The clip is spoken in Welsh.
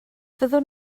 fyddwn